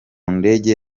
ndege